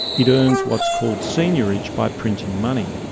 it earns what's called seigniorage by printing money.